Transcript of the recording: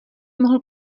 mohl